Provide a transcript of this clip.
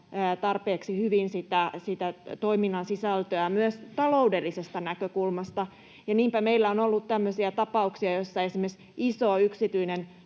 tarpeeksi hyvin sitä toiminnan sisältöä myöskään taloudellisesta näkökulmasta. Niinpä meillä on ollut tämmöisiä tapauksia, joissa esimerkiksi iso yksityinen,